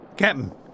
Captain